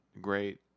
great